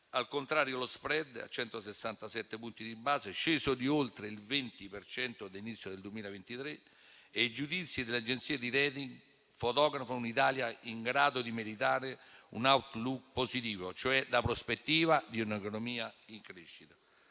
Al contrario, lo *spread* a 167 punti di base, sceso di oltre il 20 per cento dall'inizio del 2023, e i giudizi dell'agenzia di *rating* fotografano una Italia in grado di meritare un *outlook* positivo, cioè la prospettiva di un'economia in crescita.